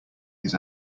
his